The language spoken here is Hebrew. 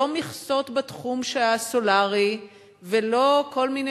לא מכסות בתחום הסולרי ולא כל מיני